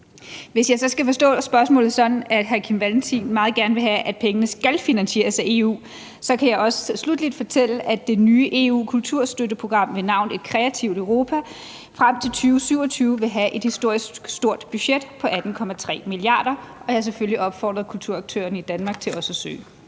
Hvis jeg så skal forstå spørgsmålet sådan, at hr. Kim Valentin meget gerne vil have, at pengene skal finansieres af EU, kan jeg også sluttelig fortælle, at det nye EU-kulturstøtteprogram ved navn »Et Kreativt Europa« frem til 2027 vil have et historisk stort budget på 18,3 mia. kr., og jeg har selvfølgelig opfordret kulturaktørerne i Danmark til også at søge.